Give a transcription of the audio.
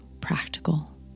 practical